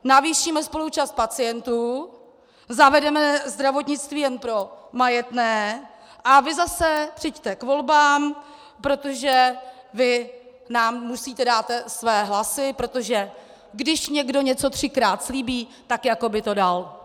Navýšíme spoluúčast pacientů, zavedeme zdravotnictví jen pro majetné a vy zase přijďte k volbám, protože vy nám musíte dát své hlasy, protože když někdo něco třikrát slíbí, tak jako by to dal.